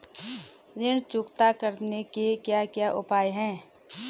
ऋण चुकता करने के क्या क्या उपाय हैं?